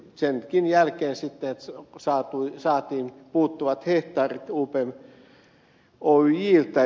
senkin jälkeen saatiin puuttuvat hehtaarit upm oyjltä